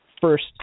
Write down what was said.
first